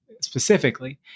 specifically